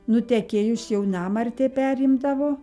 nutekėjus jaunamartė perimdavo